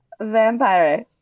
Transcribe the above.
Vampire